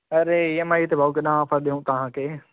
अड़े E M I ते भाउ कहिड़ा ऑफर ॾियूं तव्हांखे